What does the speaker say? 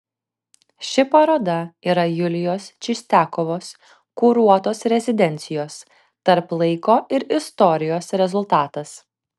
ši paroda yra julijos čistiakovos kuruotos rezidencijos tarp laiko ir istorijos rezultatas